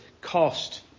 cost